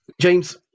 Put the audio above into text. James